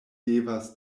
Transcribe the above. devas